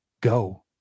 Go